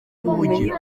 guhugira